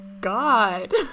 god